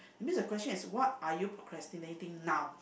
means the question is what are you procrastinating now